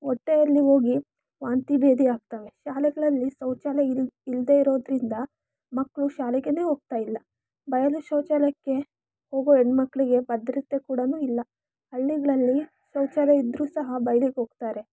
ಹೊಟ್ಟೆಯಲ್ಲಿ ಹೋಗಿ ವಾಂತಿ ಭೇದಿ ಆಗ್ತವೆ ಶಾಲೆಗಳಲ್ಲಿ ಶೌಚಾಲಯ ಇಲ್ ಇಲ್ಲದೆ ಇರೋದ್ರಿಂದ ಮಕ್ಕಳು ಶಾಲೆಗೆನೇ ಹೋಗ್ತಾಯಿಲ್ಲ ಬಯಲು ಶೌಚಾಲಯಕ್ಕೆ ಹೋಗೋ ಹೆಣ್ಣುಮಕ್ಳಿಗೆ ಭದ್ರತೆ ಕೂಡ ಇಲ್ಲ ಹಳ್ಳಿಗಳಲ್ಲಿ ಶೌಚಾಲಯ ಇದ್ದರೂ ಸಹ ಬೈಲಿಗೆ ಹೋಗ್ತಾರೆ